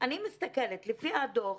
לפי הדוח,